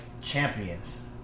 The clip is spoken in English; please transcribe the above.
champions